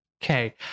Okay